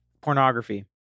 pornography